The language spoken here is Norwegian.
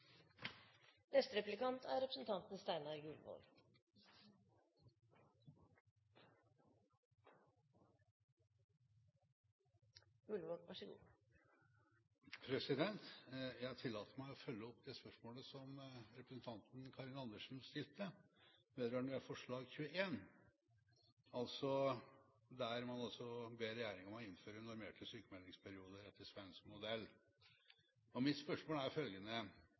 Jeg tillater meg å følge opp det spørsmålet representanten Karin Andersen stilte vedrørende forslag nr. 21, der man ber regjeringen innføre normerte sykmeldingsperioder etter svensk modell. Mitt spørsmål er følgende: